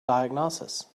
diagnosis